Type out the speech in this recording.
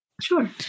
Sure